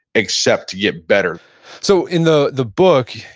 except to get better so in the the book,